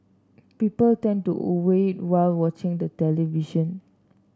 people tend to over eat while watching the television